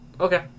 okay